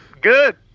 good